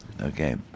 okay